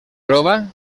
prova